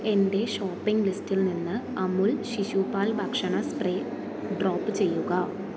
എന്റെ ഷോപ്പിംഗ് ലിസ്റ്റിൽ നിന്ന് അമുൽ ശിശു പാൽ ഭക്ഷണ സ്പ്രേ ഡ്രോപ്പ് ചെയ്യുക